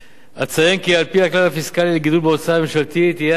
אציין כי על-פי הכלל הפיסקלי לגידול בהוצאה הממשלתית יהיה הגידול,